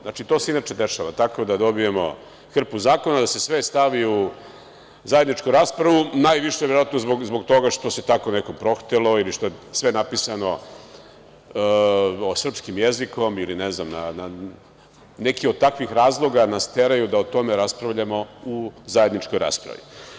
Znači, to se inače dešava, tako da dobijemo hrpu zakona, da se sve stavi u zajedničku raspravu, verovatno najviše zbog toga što se tako nekome prohtelo, ili što je sve napisano srpskim jezikom ili neki od takvih razloga nas teraju da o tome raspravljamo na zajedničkoj raspravi.